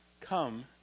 come